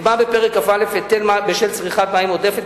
נקבע בפרק כ"א היטל בשל צריכת מים עודפת.